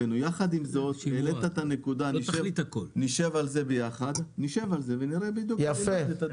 העלית את הנקודה, נשב על זה יחד ונראה את הדברים.